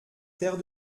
terre